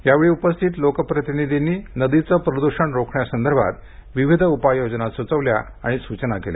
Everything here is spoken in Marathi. यावेळी उपस्थित लोकप्रतिनिधींनी नदीचं प्रदूषण रोखण्यासंदर्भात विविध उपाययोजना सुचविल्या आणि सूचना केल्या